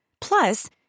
Plus